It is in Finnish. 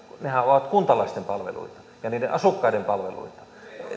nehän ovat kuntalaisten palveluita ja asukkaiden palveluita